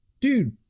dude